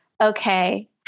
Okay